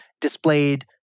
displayed